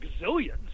gazillions